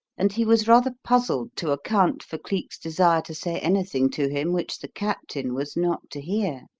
and he was rather puzzled to account for cleek's desire to say anything to him which the captain was not to hear.